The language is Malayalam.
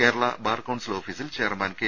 കേരള ബാർ കൌൺസിൽ ഓഫീസിൽ ചെയർമാൻ കെ